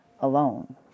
alone